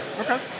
Okay